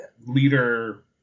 leader